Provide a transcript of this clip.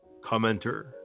commenter